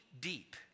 deep